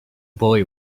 boy